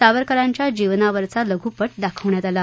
सावरकरांच्या जीवनावरचा लघुपट दाखवण्यात आला